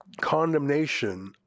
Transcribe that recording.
condemnation